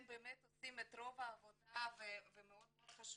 באמת עושים את רוב העבודה המאוד חשובה.